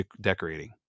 decorating